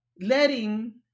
letting